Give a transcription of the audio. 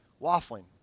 Waffling